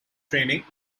training